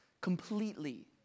completely